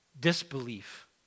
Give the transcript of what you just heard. disbelief